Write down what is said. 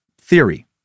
theory